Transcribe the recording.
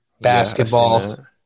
basketball